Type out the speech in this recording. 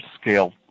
scale